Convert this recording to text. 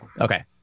okay